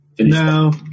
No